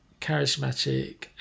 charismatic